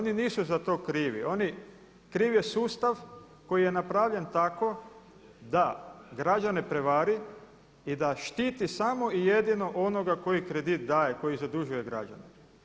Oni nisu za to krivi, kriv je sustav koji je napravljen tako da građane prevari i da štiti samo i jedino onoga koji kredit daje, koji zadužuje građane.